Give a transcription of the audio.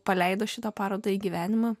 paleido šitą parodą į gyvenimą